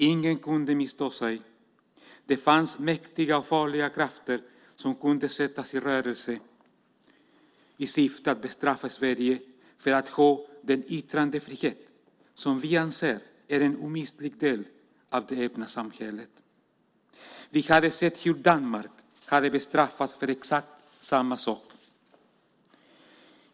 Ingen kunde missta sig. Det fanns mäktiga och farliga krafter som kunde sättas i rörelse i syfte att bestraffa Sverige för att ha den yttrandefrihet som vi anser är en omistlig del av det öppna samhället. Vi hade sett hur Danmark hade bestraffats för exakt samma sak.